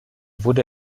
wurde